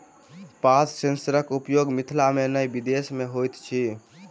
पात सेंसरक उपयोग मिथिला मे नै विदेश मे होइत अछि